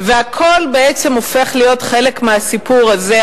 והכול בעצם הופך להיות חלק מהסיפור הזה,